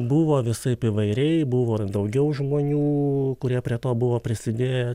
buvo visaip įvairiai buvo ir daugiau žmonių kurie prie to buvo prisidėję